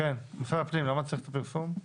משרד הפנים, למה צריך את הפרסום?